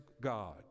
God